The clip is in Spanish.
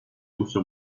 usa